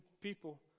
people